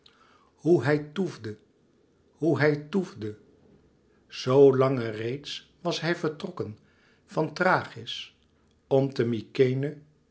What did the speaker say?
hoe hij toefde hoe hij toefde zoo lange reeds was hij vertrokken van thrachis om te mykenæ